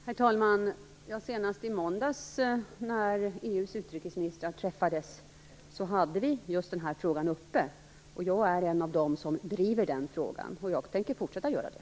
Herr talman! Senast i måndags när EU:s utrikesministrar träffades hade vi den här frågan uppe. Jag är en av dem som driver denna fråga, och jag tänker fortsätta att göra det.